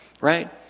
right